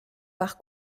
par